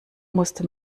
musste